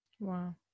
Wow